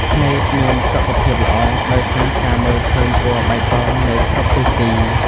ភ្នែកមានសុខភាពល្អដោយសារការមើលឃើញពណ៌បៃតងនៅគ្រប់ទិសទី។